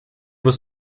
was